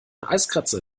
eiskratzer